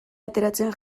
ateratzen